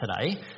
today